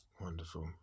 Wonderful